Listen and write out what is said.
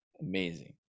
amazing